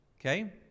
Okay